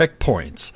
checkpoints